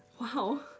Wow